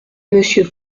monsieur